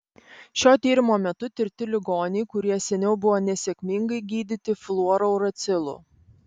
šio tyrimo metu tirti ligoniai kurie seniau buvo nesėkmingai gydyti fluorouracilu